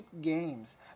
games